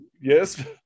yes